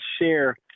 share